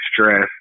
stress